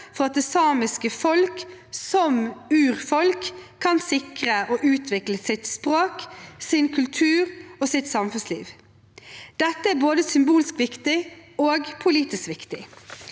for at det samiske folk, som urfolk, kan sikre og utvikle sitt språk, sin kultur og sitt samfunnsliv.» Dette er både symbolsk viktig og politisk viktig.